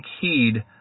heed